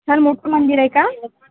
छान मोठं मंदिर आहे का